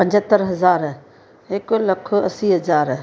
पंजतरि हज़ार हिकु लखु असी हज़ार